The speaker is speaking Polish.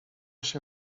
się